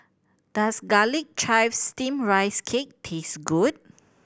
does Garlic Chives Steamed Rice Cake taste good